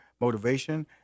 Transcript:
motivation